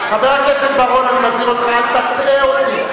חבר הכנסת בר-און, אני מזהיר אותך, אל תטעה אותי.